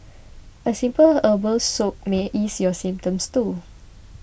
a simple herbal soak may ease your symptoms too